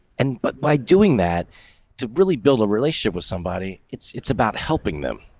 and but by doing that to really build a relationship with somebody, it's it's about helping them.